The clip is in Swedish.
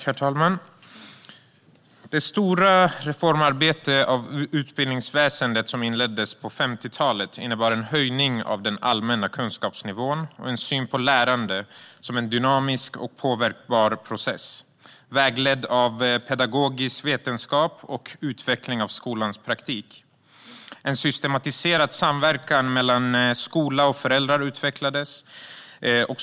Herr talman! Det stora reformarbete av utbildningsväsendet som inleddes på 50-talet innebar en höjning av den allmänna kunskapsnivån och en syn på lärande som en dynamisk och påverkbar process vägledd av pedagogisk vetenskap och utveckling av skolans praktik. En systematiserad samverkan mellan skola och föräldrar utvecklades.